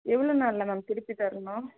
எவ்வளோ நாளில் மேம் திருப்பித் தரணும்